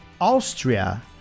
Austria